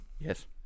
Yes